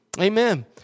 Amen